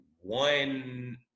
one